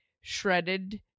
shredded